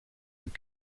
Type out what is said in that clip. have